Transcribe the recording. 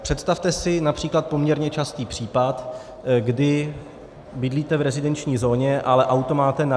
Představte si například poměrně častý případ, kdy bydlíte v rezidenční zóně, ale auto máte na leasing.